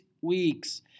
weeks